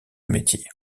métier